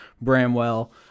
Bramwell